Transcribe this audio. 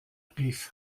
rief